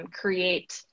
create